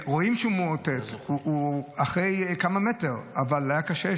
רואים שהוא מאותת אחרי כמה מטרים אבל היה קשה,